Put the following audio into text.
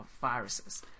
viruses